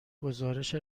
گزارش